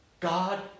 God